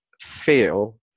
feel